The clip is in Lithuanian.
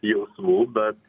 jausmų bet